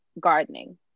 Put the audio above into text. gardening